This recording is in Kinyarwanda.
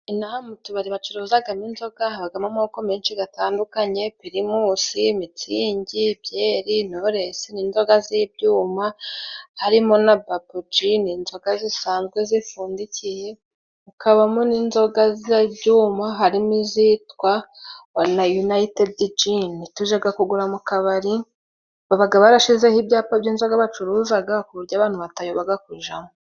Inaha mu tubari bacuruzagamo inzoga, habagamo amoko menshi gatandukanye primusi, mitsingi, byeri, noresi n'inzoga z'ibyuma harimo na babuji n'inzoga zisanzwe zipfundikiye, hakabamo n'inzoga z'ibyuma harimo izitwa wana yunayitedi jini . Tujaga kugura mu kabari, babaga barashizeho ibyapa by'inzoga bacuruzaga ku buryo abantu batayobaga kujamo.